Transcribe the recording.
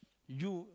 you